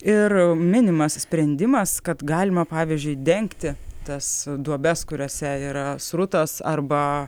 ir minimas sprendimas kad galima pavyzdžiui dengti tas duobes kuriose yra srutos arba